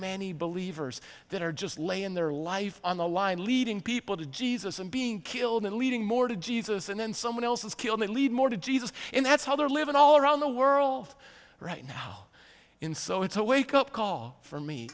many believers that are just lay in their life on the line leading people to jesus and being killed and leading more to jesus and then someone else is killed that lead more to jesus and that's how they're living all around the world right now in so it's a wake up call for me